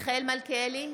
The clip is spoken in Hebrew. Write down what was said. מיכאל מלכיאלי,